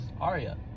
Aria